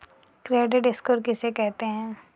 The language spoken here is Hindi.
क्रेडिट स्कोर किसे कहते हैं?